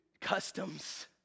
customs